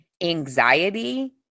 anxiety